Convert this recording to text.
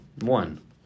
one